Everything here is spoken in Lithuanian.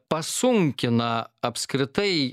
pasunkina apskritai